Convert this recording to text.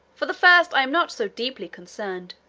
for the first i am not so deeply concerned,